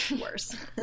worse